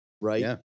Right